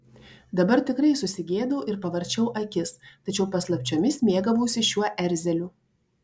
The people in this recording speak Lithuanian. dabar tikrai susigėdau ir pavarčiau akis tačiau paslapčiomis mėgavausi šiuo erzeliu